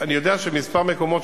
אני יודע שכמה מקומות,